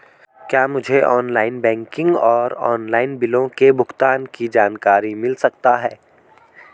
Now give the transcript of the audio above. क्या मुझे online banking और ऑनलाइन बिलों के भुगतान की जानकारी मिल सकता है?